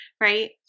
Right